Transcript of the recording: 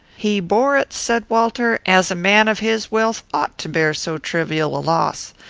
he bore it, said walter, as a man of his wealth ought to bear so trivial a loss.